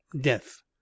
death